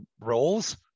roles